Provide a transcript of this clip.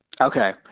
Okay